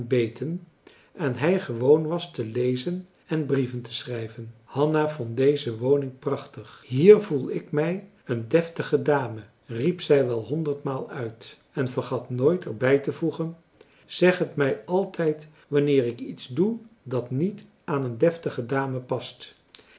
ontbeten en hij gewoon was te lezen en brieven te schrijven hanna vond deze woning prachtig hier voel ik mij een deftige dame riep zij wel honderdmaal uit en vergat nooit er bijtevoegen zeg marcellus emants een drietal novellen t mij altijd wanneer ik iets doe dat niet aan een deftige dame past